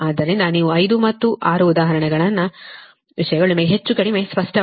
ಆದ್ದರಿಂದ ವಿಷಯಗಳು ನಿಮಗೆ ಹೆಚ್ಚು ಕಡಿಮೆ ಸ್ಪಷ್ಟವಾಗುತ್ತವೆ